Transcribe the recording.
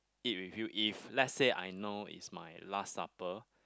eat with you if let's say I know is my last supper